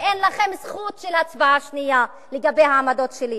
ואין לכם זכות של הצבעה שנייה לגבי העמדות שלי.